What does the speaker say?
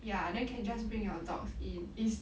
ya then can just bring your dogs in it's